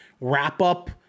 wrap-up